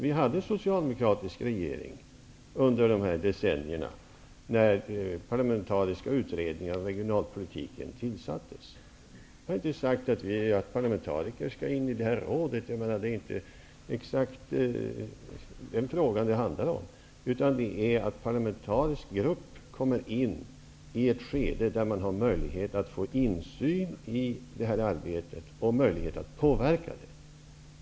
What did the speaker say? Vi hade socialdemokratiska regeringar under de decennier då parlamentariska utredningar om regionalpolitiken tillsattes. Jag har inte sagt att parlamentariker skall in i rådet. Det är inte detta frågan exakt gäller, utan det handlar om att en parlamentarikergrupp kan komma in i ett sådant skede att den har möjlighet att få insyn i arbetet och möjlighet att påverka det.